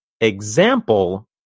example